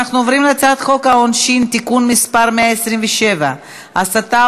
אנחנו עוברים להצעת חוק העונשין (תיקון מס' 127) (הסתה